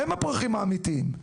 הם הפרחים האמיתיים,